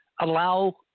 allow